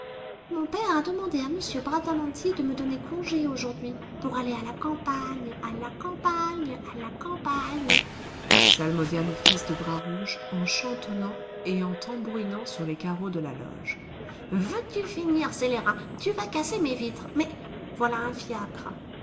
mon père a demandé à m bradamanti de me donner congé aujourd'hui pour aller à la campagne à la campagne à la campagne psalmodia le fils de bras rouge en chantonnant et en tambourinant sur les carreaux de la loge veux-tu finir scélérat tu vas casser mes vitres mais voilà un fiacre